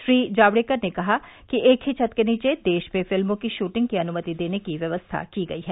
श्री जावड़ेकर ने कहा कि एक ही छत के नीचे देश में फिल्मों की शूटिंग की अन्मति देने की व्यवस्था की गई है